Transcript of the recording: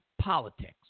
politics